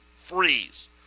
freeze